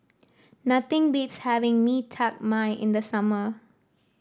nothing beats having Mee Tai Mak in the summer